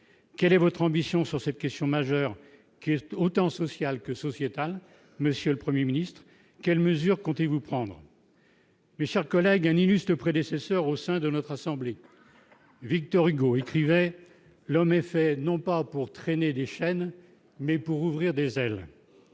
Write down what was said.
quelle est votre ambition sur cette question majeure qui est autant social que sociétal, monsieur le 1er Ministre : quelles mesures comptez-vous prendre mes chers collègues, un illustre prédécesseur au sein de notre assemblée, Victor Hugo écrivait : l'homme est fait non pas pour traîner des chaînes mais pour ouvrir des ailes en